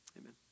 amen